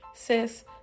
Sis